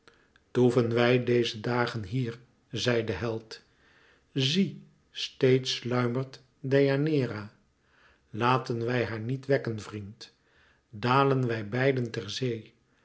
toeven wij dezen dag hier zei de held zie steeds sluimert deianeira laten wij haar niet wekken vriend dalen wij beiden ter zee